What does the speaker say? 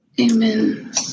amen